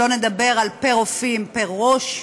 שלא נדבר על רופאים פר ראש,